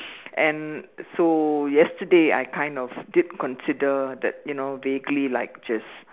and so yesterday I kind of did consider that you know vaguely like just